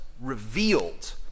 revealed